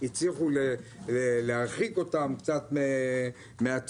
הצליחו להרחיק אותם קצת מהציבור.